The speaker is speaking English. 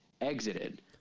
exited